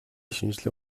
шинжлэх